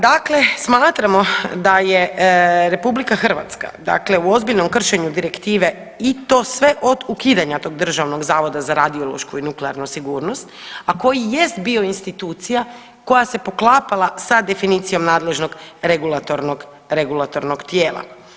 Dakle, smatramo da je RH dakle u ozbiljnom kršenju direktive i to sve od ukidanja tog Državnog zavoda za radiološku i nuklearnu sigurnost, a koji jest bio institucija koja se poklapala sa definicijom nadležnog regulatornog tijela.